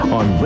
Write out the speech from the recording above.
on